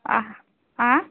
आह आ